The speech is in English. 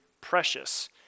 precious